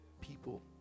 people